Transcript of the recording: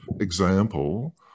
example